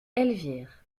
elvire